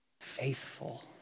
faithful